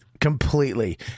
completely